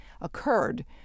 occurred